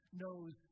knows